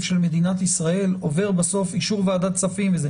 של מדינת ישראל עובר בסוף אישור ועדת כספים.